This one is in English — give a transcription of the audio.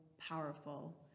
powerful